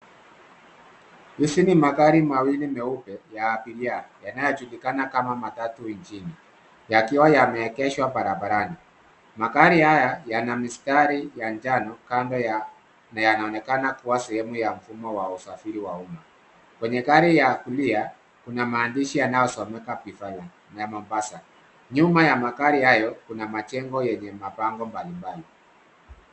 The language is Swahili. Hizi ni magari mawili meupe ya abiria yanayojulikana kama matatu nchini yakiwa yameegeshwa barabarani. Magari haya yana mistari ya njano kando yake na yanaonekana kuwa sehemu ya mfumo wa usafiri wa umma. Kwenye gari ya kulia kuna maandishi yanayosomeka Kifala na Mombasa. Nyuma ya magari hayo kuna majengo yenye mabango mbalimbali.